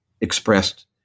expressed